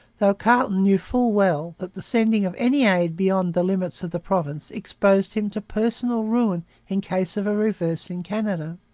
though carleton knew full well that the sending of any aid beyond the limits of the province exposed him to personal ruin in case of a reverse in canada.